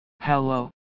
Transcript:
hello